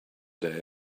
day